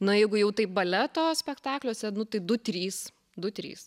na jeigu jau taip baleto spektakliuose tai du trys du trys